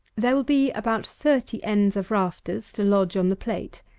there will be about thirty ends of rafters to lodge on the plate,